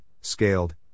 scaled